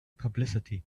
publicity